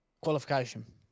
qualification